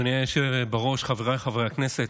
אדוני היושב בראש, חבריי חברי הכנסת,